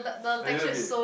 a little bit